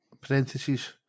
parentheses